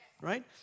Right